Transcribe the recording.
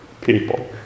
people